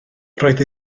roedd